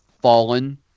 fallen